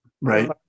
right